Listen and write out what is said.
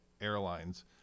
airlines